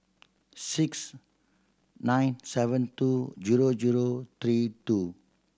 six nine seven two zero zero three two